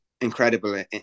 incredible